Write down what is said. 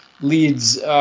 Leads